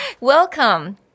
Welcome